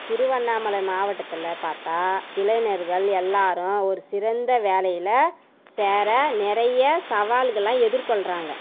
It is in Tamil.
திருவண்ணாமலை மாவட்டத்தில் பார்த்தா இளைஞர்கள் எல்லோரும் ஒரு சிறந்த வேலையில் சேர நிறைய சவால்களெலாம் எதிர்கொள்கிறாங்க